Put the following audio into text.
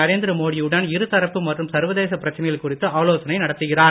நரேந்திர மோடியுடன் இருதரப்பு மற்றும் சர்வதேச பிரச்சனைகள் குறித்து ஆலோசனை நடத்துகிறார்